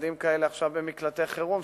ילדים כאלה עכשיו במקלטי חירום.